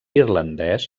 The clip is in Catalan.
irlandès